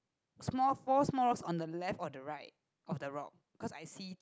small four small rocks on the left or the right of the rock cause I see